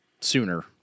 sooner